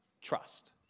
trust